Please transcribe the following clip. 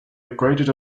upgraded